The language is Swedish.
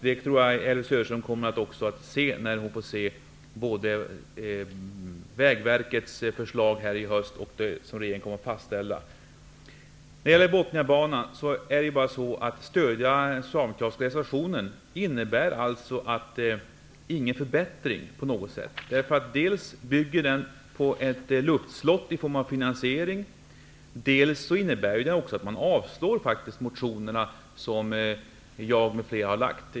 Jag tror att också Elvy Söderström inser det när hon tar del av Vägverkets förslag i höst som regeringen kommer att fastställa. När det gäller Bothniabanan innebär ett stöd av den socialdemokratiska reservationen inte någon som helst förbättring. Dels bygger denna reservation på ett luftslott i fråga om finansieringen, dels innebär ett stöd för denna reservation avslag på de motioner som bl.a. jag har väckt.